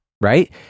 right